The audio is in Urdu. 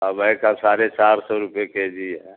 کبئی کا سارھے چار سو روپے کے جی ہے